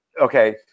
Okay